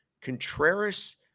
Contreras